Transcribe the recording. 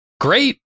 great